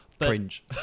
Cringe